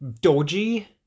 dodgy